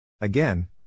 Again